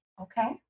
Okay